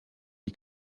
les